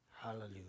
Hallelujah